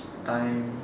time